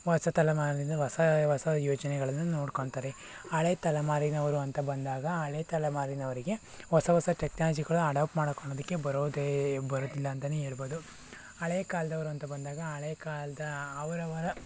ಹೊಸ ತಲೆಮಾರಿನಿಂದ ಹೊಸ ಹೊಸ ಯೋಚನೆಗಳನ್ನು ನೋಡ್ಕೋತಾರೆ ಹಳೆ ತಲೆಮಾರಿನವರು ಅಂತ ಬಂದಾಗ ಹಳೆ ತಲೆಮಾರಿನವರಿಗೆ ಹೊಸ ಹೊಸ ಟೆಕ್ನಾಲಜಿ ಕೂಡ ಅಡಾಪ್ಟ್ ಮಾಡ್ಕೊಳ್ಳೋದಕ್ಕೆ ಬರೋದೇ ಬರೋದಿಲ್ಲ ಅಂತಲೇ ಹೇಳ್ಬೋದು ಹಳೆ ಕಾಲದವರು ಅಂತ ಬಂದಾಗ ಹಳೆ ಕಾಲದ ಅವರವರ